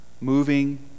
moving